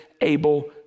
able